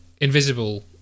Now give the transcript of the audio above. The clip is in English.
invisible